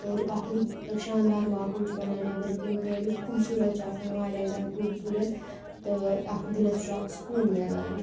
تہٕ اَکھ رُت تہٕ شانٛدار ماحول چھُ بَنان نیٚبٕر کِنۍ تہٕ یُس خوٗبصوٗرت چھِ آسان واریاہ زیادٕ خوٗبصوٗرت تہٕ اَکھ دِلَس چھُ اَکھ سکوٗن میلان